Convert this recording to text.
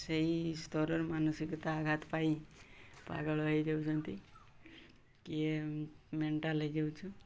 ସେଇ ସ୍ତରର ମାନସିକତା ଆଘାତ ପାଇଁ ପାଗଳ ହେଇଯାଉଛନ୍ତି କିଏ ମେଣ୍ଟାଲ ହେଇଯାଉଛୁ